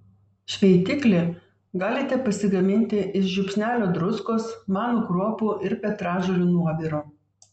šveitiklį galite pasigaminti iš žiupsnelio druskos manų kruopų ir petražolių nuoviro